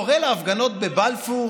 הוא קורא להפגנות בבלפור